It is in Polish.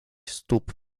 stóp